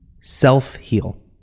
self-heal